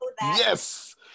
Yes